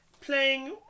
playing